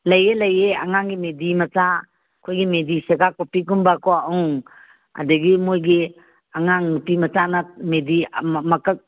ꯂꯩꯌꯦ ꯂꯩꯌꯦ ꯑꯉꯥꯡꯒꯤ ꯃꯦꯗꯤ ꯃꯆꯥ ꯑꯩꯍꯣꯏꯒꯤ ꯃꯦꯗꯤ ꯁꯦꯒꯥ ꯀꯣꯠꯄꯤꯒꯨꯝꯕꯀꯣ ꯎꯝ ꯑꯗꯒꯤ ꯃꯣꯏꯒꯤ ꯑꯉꯥꯡ ꯅꯨꯄꯤ ꯃꯆꯥꯅ ꯃꯦꯗꯤ ꯃꯀꯛ